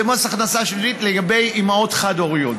זה מס הכנסה שלילי לגבי אימהות חד-הוריות.